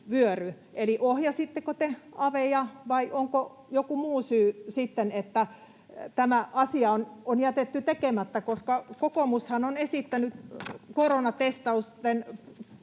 ohjasitteko te aveja, vai onko joku muu syy, että tämä asia on jätetty tekemättä? Kokoomushan on esittänyt pakollisten